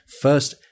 First